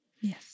Yes